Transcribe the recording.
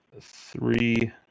three